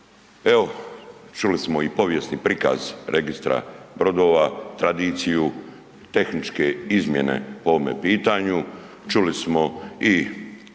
Evo, čuli smo i povijesni prikaz registra brodova, tradiciju, tehničke izmjene po ovome pitanju, čuli smo i